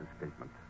statement